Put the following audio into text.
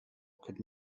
could